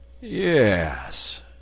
Yes